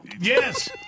yes